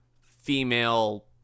female